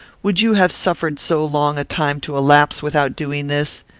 would you have suffered so long a time to elapse without doing this?